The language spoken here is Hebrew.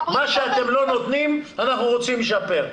מה שאתם לא נותנים אנחנו רוצים לשפר.